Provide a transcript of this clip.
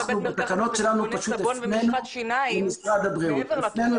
אנחנו בתקנות שלנו פשוט הפנינו למשרד הבריאות.